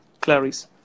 clarice